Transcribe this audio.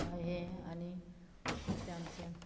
हें आनी आतां आमचें